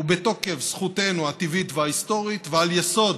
ובתוקף זכותנו הטבעית וההיסטורית ועל יסוד